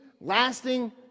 lasting